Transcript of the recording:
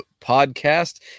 podcast